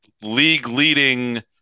league-leading